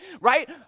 right